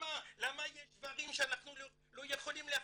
למה יש דברים שאנחנו לא יכולים להכפיל?